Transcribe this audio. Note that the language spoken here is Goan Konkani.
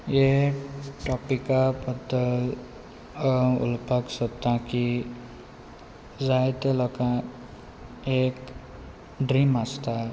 टॉपिका बद्दल उलोवपाक सोदता की जाय ते लोकांक एक ड्रीम आसता